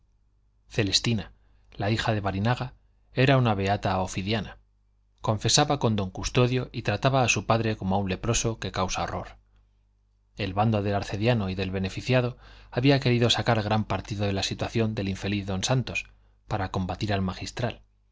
celestina la hija de barinaga era una beata ofidiana confesaba con don custodio y trataba a su padre como a un leproso que causa horror el bando del arcediano y del beneficiado había querido sacar gran partido de la situación del infeliz don santos para combatir al magistral